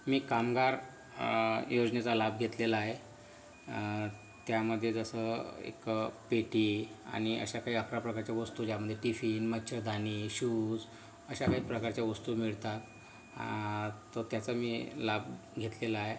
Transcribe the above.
मी कामगार योजनेचा लाभ घेतलेला आहे त्यामध्ये जसं एक पेटी आणि अशा काही अकरा प्रकारच्या वस्तू ज्यामध्ये टिफीन मच्छरदाणी शूज अशा काही प्रकारच्या वस्तू मिळतात तो त्याचा मी लाभ घेतलेला आहे